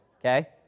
okay